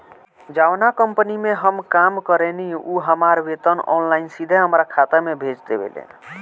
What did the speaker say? जावना कंपनी में हम काम करेनी उ हमार वेतन ऑनलाइन सीधे हमरा खाता में भेज देवेले